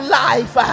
life